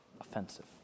offensive